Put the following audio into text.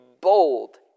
bold